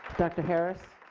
director harris.